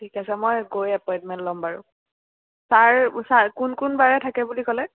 ঠিক আছে মই গৈ এপইণ্টমেণ্ট ল'ম বাৰু চাৰ চাৰ কোন কোন বাৰে থাকে বুলি ক'লে